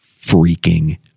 freaking